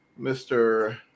Mr